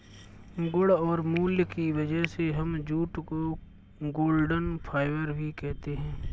गुण और मूल्य की वजह से हम जूट को गोल्डन फाइबर भी कहते है